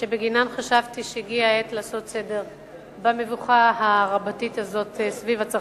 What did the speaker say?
שבגינן חשבתי שהגיעה העת לעשות סדר במבוכה רבתי הזאת סביב צרכנות.